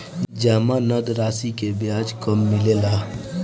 जमानद राशी के ब्याज कब मिले ला?